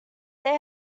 they